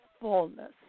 fullness